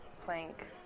Plank